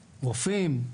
רופאים,